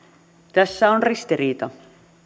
tässä on ristiriita